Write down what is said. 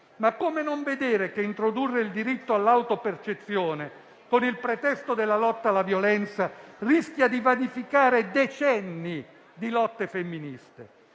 ma come non vedere che introdurre il diritto all'autopercezione, con il pretesto della lotta alla violenza, rischia di vanificare decenni di lotte femministe?